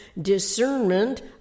discernment